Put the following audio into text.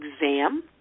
exam